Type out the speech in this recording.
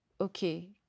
okay